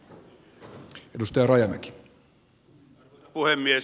arvoisa puhemies